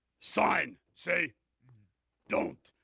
sign say don't.